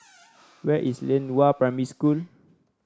where is Lianhua Primary School